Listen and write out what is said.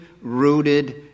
rooted